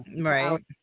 right